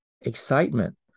excitement